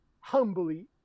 Humbly